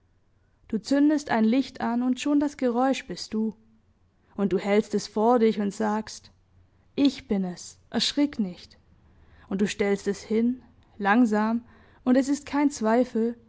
du zündest ein licht an und schon das geräusch bist du und du hälst es vor dich und sagst ich bin es erschrick nicht und du stellst es hin langsam und es ist kein zweifel